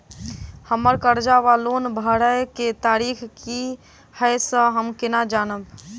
हम्मर कर्जा वा लोन भरय केँ तारीख की हय सँ हम केना जानब?